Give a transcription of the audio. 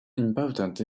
important